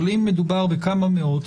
אבל אם מדובר בכמה מאות,